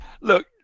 Look